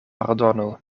pardonu